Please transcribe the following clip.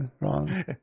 wrong